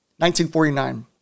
1949